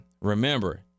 Remember